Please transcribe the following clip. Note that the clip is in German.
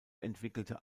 entwickelte